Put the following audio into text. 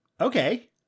Okay